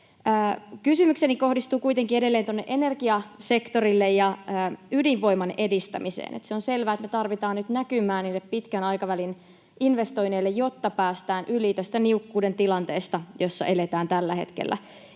Kysymykseni kohdistuu kuitenkin edelleen tuonne energiasektorille ja ydinvoiman edistämiseen. On selvää, että me tarvitaan nyt näkymää niille pitkän aikavälin investoinneille, jotta päästään yli tästä niukkuuden tilanteesta, jossa eletään tällä hetkellä.